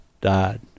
died